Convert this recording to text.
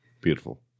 Beautiful